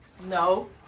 No